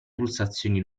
pulsazioni